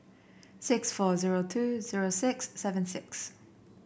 six four zero two zero six seven six